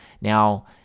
Now